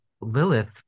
Lilith